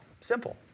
Simple